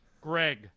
Greg